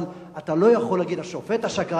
אבל אתה לא יכול להגיד "השופט השקרן",